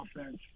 offense